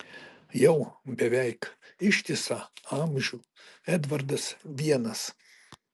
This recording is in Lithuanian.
jau beveik ištisą amžių edvardas vienas